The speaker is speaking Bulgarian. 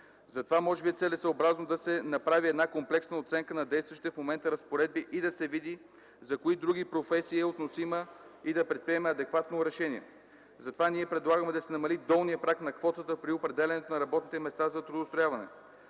Затова може би е целесъобразно да се направи една комплексна оценка на действащите в момента разпоредби, да се види за кои други професии е относима и да предприеме адекватно решение. Затова ние предлагаме да се намали долният праг на квотата при определянето на работните места за трудоустрояване.